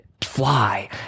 fly